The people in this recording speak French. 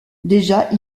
déjà